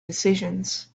decisions